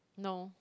no